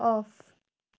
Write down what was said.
off